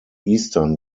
eastern